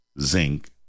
zinc